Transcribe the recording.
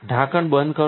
ઢાંકણ બંધ કરો